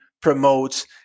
promotes